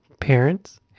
parents